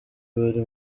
bari